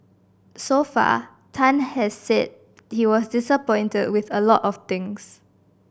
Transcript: so far Tan has said he was disappointed with a lot of things